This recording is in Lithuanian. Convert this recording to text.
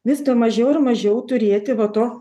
vis mažiau ir mažiau turėti va to